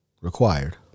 required